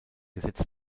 gesetz